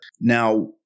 Now